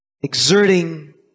exerting